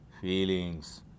feelings